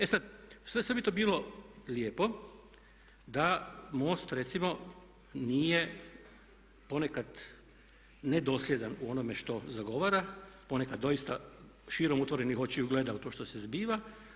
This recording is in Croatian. E sad, sve bi to bilo lijepo da MOST recimo nije ponekad nedosljedan u onome što zagovara, ponekad doista širom otvorenih očiju gleda u to što se zbiva.